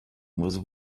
was